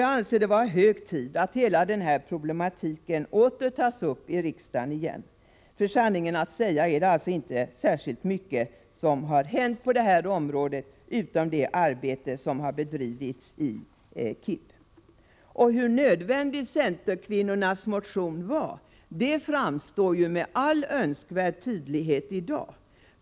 Jag anser det vara hög tid att hela den här problematiken åter tas upp i riksdagen. För sanningen att säga är det inte särskilt mycket som har hänt på det här området, utom det arbete som har bedrivits i KIB. Hur nödvändig centerkvinnornas motion var framstår med all önskvärd tydlighet i dag.